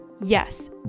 Yes